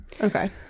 okay